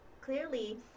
clearly